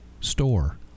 store